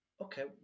okay